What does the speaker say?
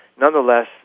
Nonetheless